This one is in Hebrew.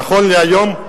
נכון להיום,